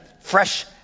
fresh